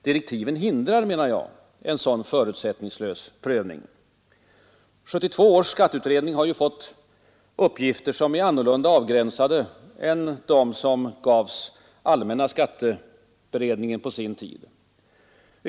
Direktiven hindrar, menar jag, en sådan förutsättningslös prövning. 1972 års skatteutredning har ju fått uppgifter som är annorlunda avgränsade än de som gavs allmänna skatteberedningen på sin tid.